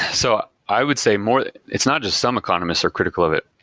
so i would say more it's not just some economists are critical of it.